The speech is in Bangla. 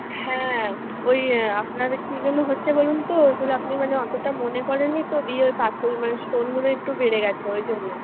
হ্যাঁ ওই আপনার কি যেন হচ্ছে বলুন তো ওইগুলো আপনি মানে ওতটা মনে করেননি তো দিয়ে পাথর মানে স্টোনগুলো একটু বেড়ে গেছে ওই জন্য